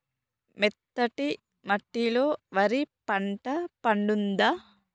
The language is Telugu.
మెత్తటి మట్టిలో వరి పంట పండుద్దా?